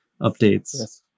updates